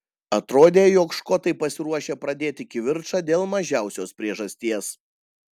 atrodė jog škotai pasiruošę pradėti kivirčą dėl mažiausios priežasties